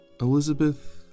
Elizabeth